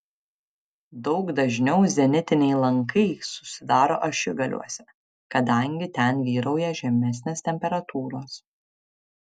daug dažniau zenitiniai lankai susidaro ašigaliuose kadangi ten vyrauja žemesnės temperatūros